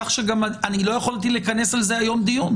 כך שגם אני לא יכולתי לכנס על זה היום דיון,